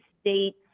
states